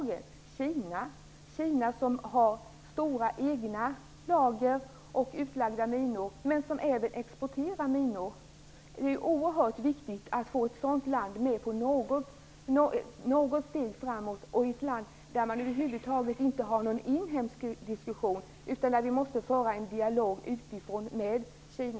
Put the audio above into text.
Det är ett land som har stora egna lager och utlagda minor och som även exporterar minor. Det är oerhört viktigt att få ett sådant land att ta något steg framåt. I Kina har man över huvud taget inte någon inhemsk diskussion. Vi måste därför föra en dialog med Kina utifrån.